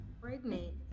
pregnant